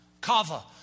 Kava